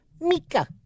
Mika